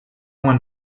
one